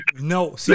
No